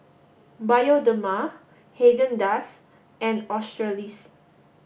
Bioderma Haagen Dazs and Australis